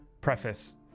preface